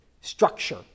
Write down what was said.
structure